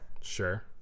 sure